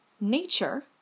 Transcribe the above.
Nature